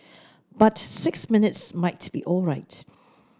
but six minutes might be alright